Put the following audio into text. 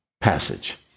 passage